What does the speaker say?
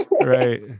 Right